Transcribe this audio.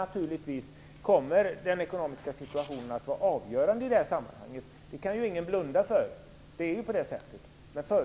Naturligtvis kommer den ekonomiska situationen att vara avgörande i sammanhanget. Det kan ingen blunda för.